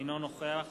אינו נוכח